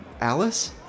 Alice